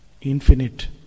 infinite